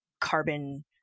carbon